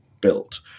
built